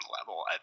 level